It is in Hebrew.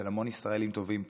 של המון ישראלים טובים פה.